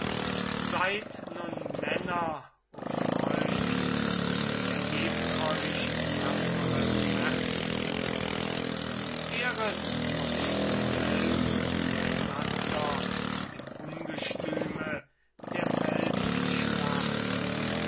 seid nun männer o freund und scham erfüll euch die herzen ehret euch selbst einander im ungestüme der